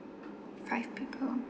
five people